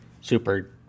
super